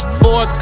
four